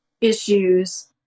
issues